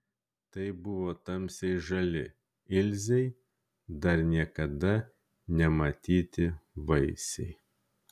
tai buvo tamsiai žali ilzei dar niekada nematyti vaisiai